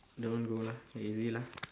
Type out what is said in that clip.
don't go lah lazy lah